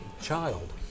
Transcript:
child